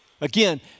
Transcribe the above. Again